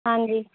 ਹਾਂਜੀ